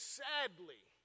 sadly